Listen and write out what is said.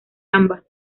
ambas